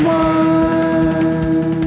one